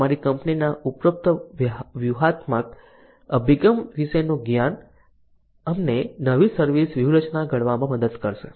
અમારી કંપનીના ઉપરોક્ત વ્યૂહાત્મક અભિગમ વિશેનું જ્ઞાન અમને નવી સર્વિસ વ્યૂહરચના ઘડવામાં મદદ કરશે